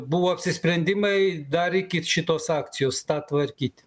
buvo apsisprendimai dar iki šitos akcijos tą tvarkyt